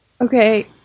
Okay